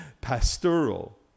pastoral